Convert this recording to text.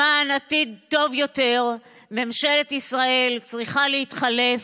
למען עתיד טוב יותר, ממשלת ישראל צריכה להתחלף,